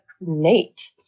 Nate